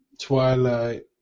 Twilight